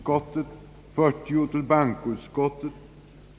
Herr talman!